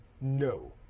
No